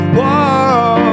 Whoa